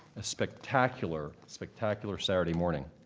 a spectacular, spectacular saturday morning.